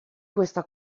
questa